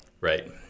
Right